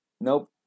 Nope